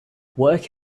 work